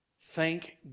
Thank